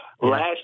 Last